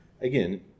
Again